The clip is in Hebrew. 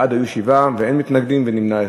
בעד היו שבעה, אין מתנגדים, נמנע אחד.